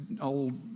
old